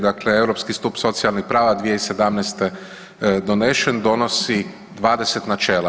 Dakle, Europski stup socijalnih prava 2017. donesen donosi 20 načela.